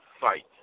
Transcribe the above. fight